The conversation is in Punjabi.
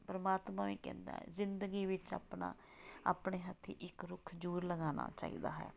ਪਰਮਾਤਮਾ ਵੀ ਕਹਿੰਦਾ ਜ਼ਿੰਦਗੀ ਵਿੱਚ ਆਪਣਾ ਆਪਣੇ ਹੱਥੀ ਇੱਕ ਰੁੱਖ ਜ਼ਰੂਰ ਲਗਾਉਣਾ ਚਾਹੀਦਾ ਹੈ